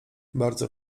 bardzo